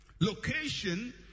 Location